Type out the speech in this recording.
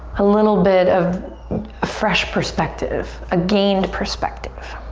a little bit of fresh perspective? a gained perspective?